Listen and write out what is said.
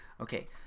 Okay